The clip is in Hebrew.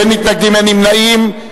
אין נמנעים,